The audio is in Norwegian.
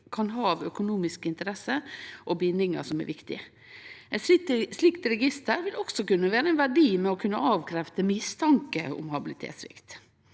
kan ha av økonomiske interesser og bindingar som er viktige. Eit slikt register vil også kunne ha ein verdi for å kunne avkrefte mistanke om habilitetssvikt.